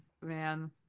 man